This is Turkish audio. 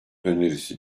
önerisi